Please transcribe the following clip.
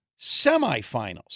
semifinals